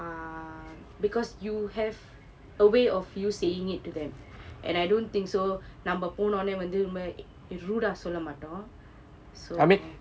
ah because you have a way of you saying it to them and I don't think so நம்ம போனொன்னே வந்து ரொம்ப:namma pononne vanthu romba rude ah மாட்டோம்:sollamaattoam so